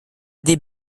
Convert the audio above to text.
des